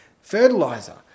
fertilizer